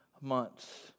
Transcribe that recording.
months